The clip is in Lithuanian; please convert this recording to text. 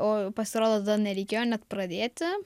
o pasirodo tada nereikėjo net pradėti